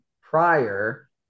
prior